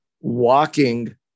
walking